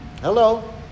Hello